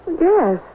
Yes